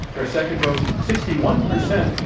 their second vote sixty one percent.